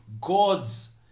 God's